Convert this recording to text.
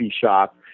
shop